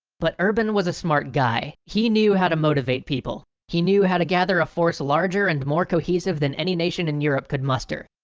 but urban was a smart guy, he knew how to motivate people. he knew how to gather a force larger and more cohesive than any nation in europe could muster.